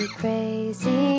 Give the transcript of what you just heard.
crazy